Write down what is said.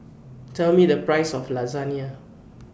Tell Me The priceS of Lasagne